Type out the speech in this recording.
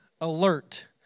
alert